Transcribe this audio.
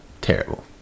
terrible